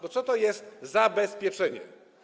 Bo co to jest zabezpieczenie?